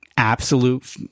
Absolute